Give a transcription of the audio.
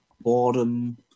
boredom